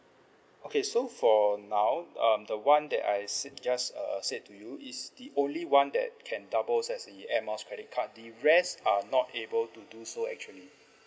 okay so for now um the one that s~ just uh said to you is the only one that can double as the Air Miles credit card the rest are not able to do so actually